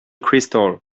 crystal